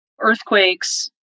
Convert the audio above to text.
earthquakes